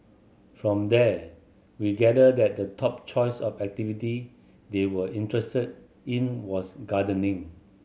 from there we gathered that the top choice of activity they were interested in was gardening